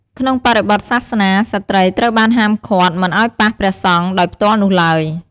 ក្នុងបរិបទសាសនា ស្ត្រីត្រូវបានហាមប្រាមមិនឱ្យប៉ះព្រះសង្ឃដោយផ្ទាល់នោះឡើយ។